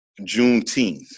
Juneteenth